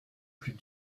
plus